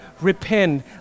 repent